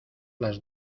las